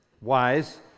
wise